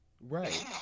Right